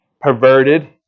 perverted